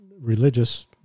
religious